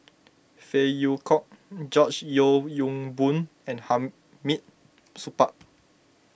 Phey Yew Kok George Yeo Yong Boon and Hamid Supaat